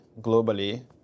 globally